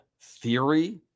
theory